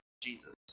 Jesus